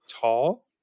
tall